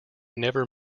never